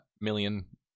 million